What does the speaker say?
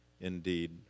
indeed